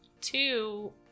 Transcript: Two